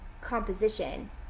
composition